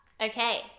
Okay